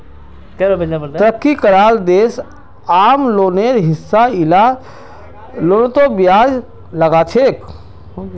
तरक्की कराल देश आम लोनेर हिसा इला लोनतों ब्याज लगाछेक